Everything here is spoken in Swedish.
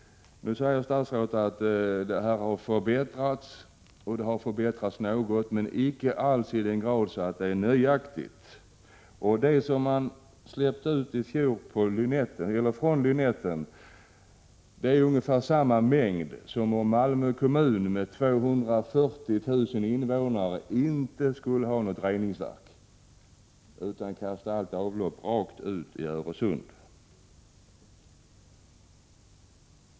Nu säger statsrådet att förhållandena har förbättrats, och de har förbättrats något men icke alls i sådan grad att det är nöjaktigt. Det man släppte ut från Lynetten i fjol är ungefär samma mängd som om Malmö kommun med 240 000 invånare inte skulle ha något reningsverk utan kasta allt avlopp rakt i Öresund.